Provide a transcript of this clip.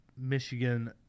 Michigan